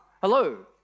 hello